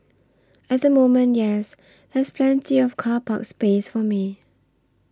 at the moment yes there's plenty of car park space for me